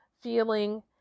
feeling